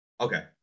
Okay